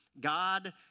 God